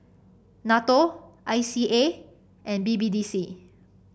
NATO I C A and B B D C